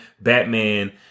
Batman